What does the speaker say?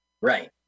right